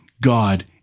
God